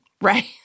Right